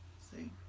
see